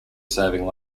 saving